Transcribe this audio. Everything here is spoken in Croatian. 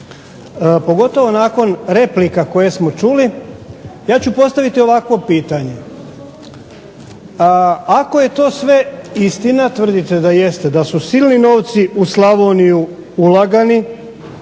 pogotovo nakon replika koje smo čuli, ja ću postaviti ovakvo pitanje. Ako je to sve istina, tvrdite da jeste, da su silni novci u Slavoniju ulagani,